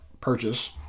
purchase